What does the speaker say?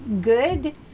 good